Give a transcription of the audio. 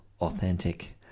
authentic